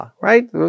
Right